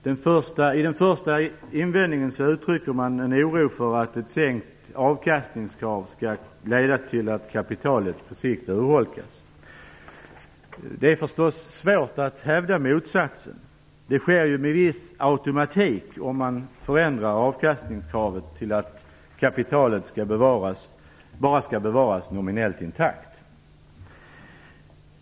Med den första invändningen uttrycker man en oro för att ett sänkt avkastningskrav skall leda till att kapitalet urholkas på sikt. Det är förstås svårt att hävda motsatsen. Det sker med viss automatik om man förändrar avkastningskravet till att kapitalet bara skall bevaras nominellt intakt.